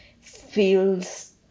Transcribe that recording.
feels